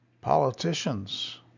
politicians